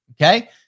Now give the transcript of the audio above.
Okay